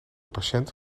patiënt